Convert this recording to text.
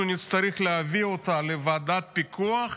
אנחנו נצטרך להביא אותה לוועדת פיקוח,